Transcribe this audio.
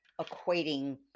equating